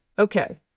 Okay